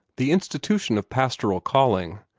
the institution of pastoral calling,